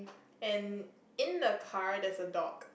and in the car there's a dog